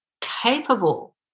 capable